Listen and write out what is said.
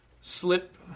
slip